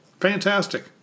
fantastic